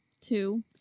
two